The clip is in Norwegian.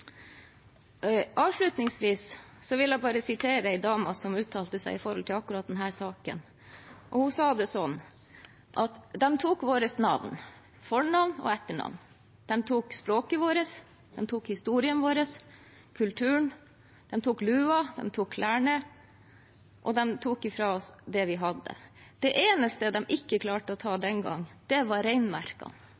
Avslutningsvis vil jeg bare sitere en dame som uttalte seg om akkurat denne saken. Hun sa det slik: De tok våre navn – fornavn og etternavn. De tok språket vårt, de tok historien vår, de tok kulturen, de tok lua, de tok klærne, og de tok fra oss det vi hadde. Det eneste de ikke klarte å ta